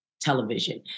television